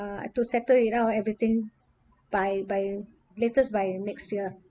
uh to settle it out everything by by latest by next year